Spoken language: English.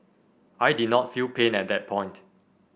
I did not feel pain at that point